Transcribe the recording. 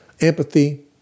empathy